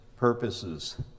Purposes